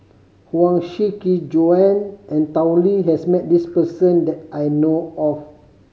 Huang Shiqi Joan and Tao Li has met this person that I know of